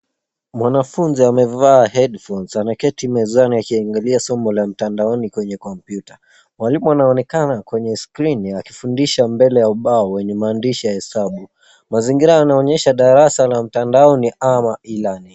Mwanafunzi amevaa headphones ameketi mezani akiangalia somo la mtandaoni kwenye kompyuta. Mwalimu anaonekana kwenye skrini akifundisha mbele ya ubao wenye maandishi ya hesabu. Mazingira yanaonyesha darasa la mtandaoni ama e-learning .